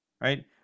right